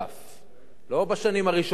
לא בשנים הראשונות שלו,